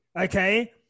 okay